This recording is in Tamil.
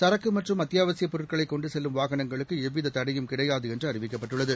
சரக்கு மற்றும் அத்தியாவசியப் பொருட்களைக் கொண்டு செல்லும் வானங்களுக்கு எவ்வித தடையும் கிடையாது என்று அறிவிக்கப்பட்டுள்ளது